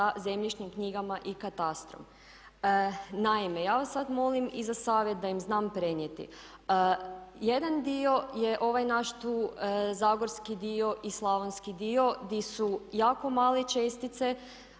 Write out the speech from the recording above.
sa zemljišnim knjigama i katastrom. Naime, ja vas sad molim i za savjet da im znam prenijeti. Jedan dio je ovaj naš tu zagorski dio i Slavonski dio di su jako male čestice